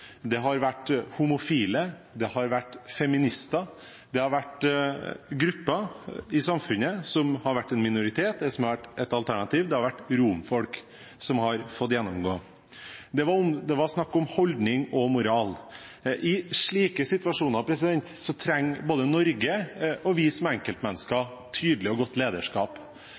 Det har vært homofile. Det har vært feminister. Det har vært grupper i samfunnet som har vært en minoritet, eller som har vært et alternativ, det har vært romfolk som har fått gjennomgå. Det var snakk om holdning og moral. I slike situasjoner trenger både Norge og vi som enkeltmennesker